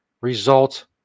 result